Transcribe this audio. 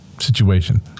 situation